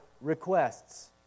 requests